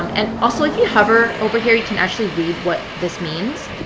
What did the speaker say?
and also if you hover over here, you can actually read what this means.